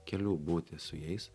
kelių būti su jais